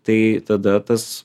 tai tada tas